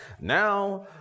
Now